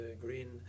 green